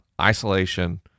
isolation